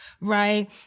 right